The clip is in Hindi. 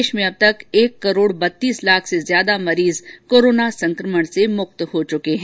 देश में अब तक एक करोड़ बत्तीस लाख से अधिक मरीज कोरोना संक्रमण से मुक्त हो चुके हैं